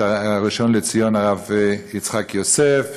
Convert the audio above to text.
את הראשון לציון הרב יצחק יוסף,